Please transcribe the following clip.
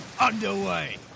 underway